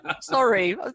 Sorry